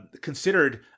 considered